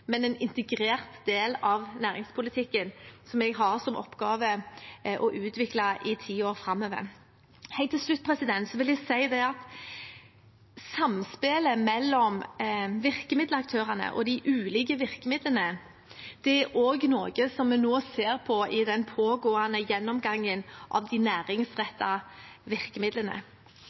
men en integrert del av næringspolitikken som jeg har som oppgave å utvikle i tiden framover. Helt til slutt vil jeg si at samspillet mellom virkemiddelaktørene og de ulike virkemidlene også er noe vi ser på i den pågående gjennomgangen av de næringsrettede virkemidlene.